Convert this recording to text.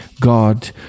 God